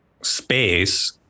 space